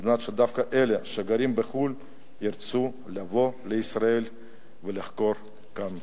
על מנת שדווקא אלה שגרים בחו"ל ירצו לבוא לישראל ולחקור כאן.